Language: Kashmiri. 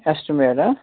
اٮ۪سٹِمیٹ ہہ